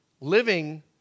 living